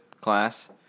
class